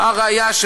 הא ראיה,